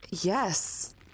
Yes